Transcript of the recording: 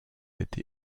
été